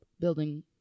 building